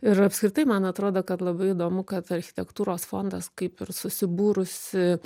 ir apskritai man atrodo kad labai įdomu kad architektūros fondas kaip ir susibūrusi